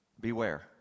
Beware